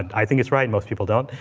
i think it's right, most people don't.